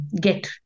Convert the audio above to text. get